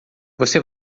você